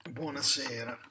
buonasera